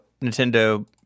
nintendo